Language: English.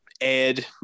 Ed